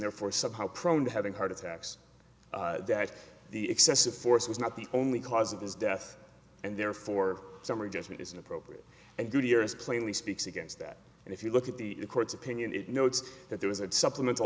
therefore somehow prone to having heart attacks that the excessive force was not the only cause of his death and therefore summary judgment is inappropriate and good here is plainly speaks against that and if you look at the court's opinion it notes that there was a supplemental